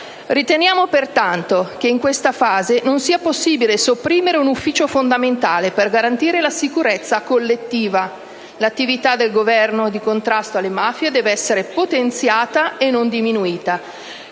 Riteniamo pertanto che in questa fase non sia possibile sopprimere un ufficio fondamentale per garantire la sicurezza collettiva. L'attività del Governo di contrasto alle mafie deve essere potenziata e non diminuita.